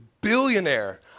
billionaire